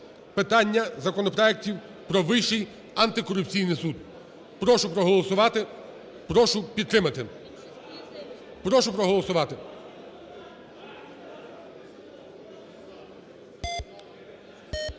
питання законопроектів про Вищий антикорупційний суд. Прошу проголосувати. Прошу підтримати. Прошу проголосувати.